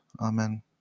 Amen